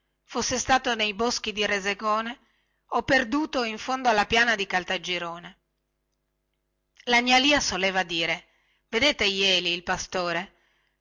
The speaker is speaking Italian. fosse stato nei boschi di resecone o perduto in fondo alla piana di caltagirone la gnà lia soleva dire vedete jeli il pastore